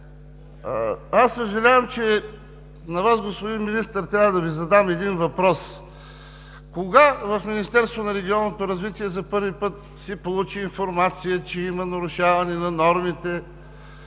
Съжалявам, че на Вас, господин Министър, трябва да задам един въпрос: кога в Министерството на регионалното развитие за първи път се получи информация, че има нарушаване на нормите